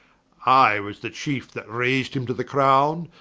i was the cheefe that rais'd him to the crowne,